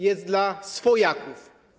Jest dla swojaków.